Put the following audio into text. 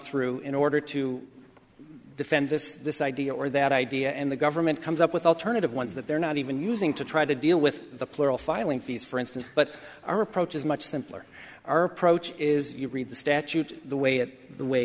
through in order to defend this this idea or that idea and the government comes up with alternative ones that they're not even using to try to deal with the plural filing fees for instance but our approach is much simpler our approach is you read the statute the way it the way